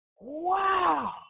wow